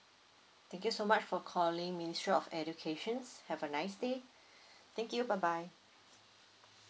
thank you so much for calling ministry of educations have a nice day thank you bye bye